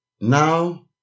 Now